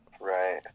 Right